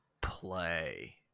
play